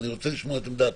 אני רוצה לשמוע את עמדת